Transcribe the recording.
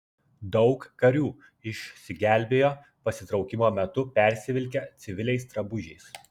daug karių išsigelbėjo pasitraukimo metu persivilkę civiliais drabužiais